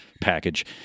package